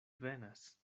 venas